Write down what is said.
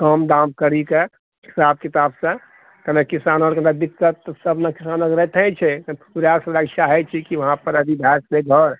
कम दाम करिके हिसाब किताबसँ कनऽ किसान आरके साथ दिक्कत सब किसानके सात रहिते छै ओएहसँ चाहै छिऐ कि वहांँ पर भए जेतै घर